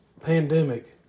pandemic